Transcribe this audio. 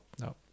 No